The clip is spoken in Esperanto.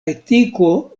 etiko